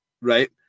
right